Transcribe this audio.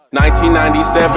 1997